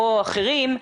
או אחרים,